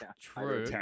True